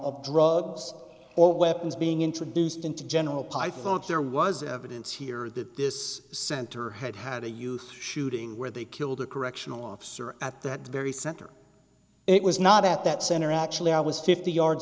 of drugs or weapons being introduced into general pythonic there was evidence here that this center had had a youth shooting where they killed a correctional officer at that very center it was not at that center actually i was fifty yards